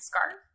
Scarf